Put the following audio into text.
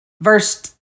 verse